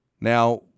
Now